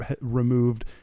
removed